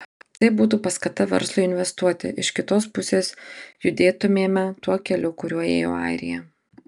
tai būtų paskata verslui investuoti iš kitos pusės judėtumėme tuo keliu kuriuo ėjo airija